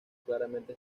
claramente